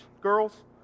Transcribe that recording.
girls